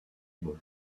ball